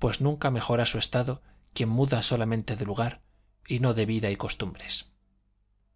pues nunca mejora su estado quien muda solamente de lugar y no de vida y costumbres